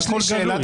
זה הכול גלוי.